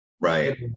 Right